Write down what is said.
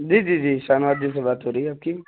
جی جی جی شاہ نواز جی سے بات ہو رہی ہے آپ کی